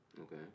Okay